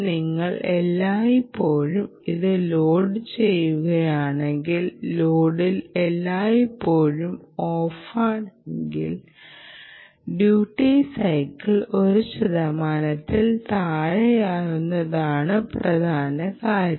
നിങ്ങൾ എല്ലായ്പ്പോഴും ഇത് ലോഡുചെയ്യുന്നില്ലെങ്കിൽ ലോഡുകൾ എല്ലായ്പ്പോഴും ഓഫാണെങ്കിൽ ഡ്യൂട്ടി സൈക്കിൾ ഒരു ശതമാനത്തിൽ താഴെയാണെന്നതാണ് പ്രധാന കാര്യം